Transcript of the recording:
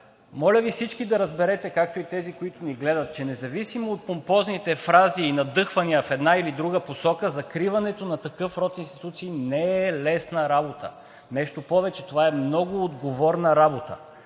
Моля Ви всички да разберете, както и тези, които ни гледат, че независимо от помпозните фрази и надъхвания в една или друга посока, закриването на такъв род институции не е лесна работа. Нещо повече, това е много отговорна работа,